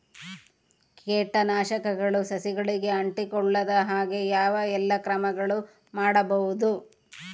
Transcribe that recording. ಕೇಟನಾಶಕಗಳು ಸಸಿಗಳಿಗೆ ಅಂಟಿಕೊಳ್ಳದ ಹಾಗೆ ಯಾವ ಎಲ್ಲಾ ಕ್ರಮಗಳು ಮಾಡಬಹುದು?